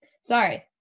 sorry